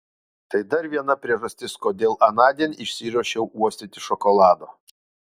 tai dar viena priežastis kodėl anądien išsiruošiau uostyti šokolado